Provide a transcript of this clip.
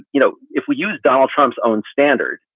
you know, if we use donald trump's own standard,